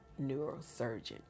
neurosurgeon